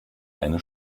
eine